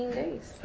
days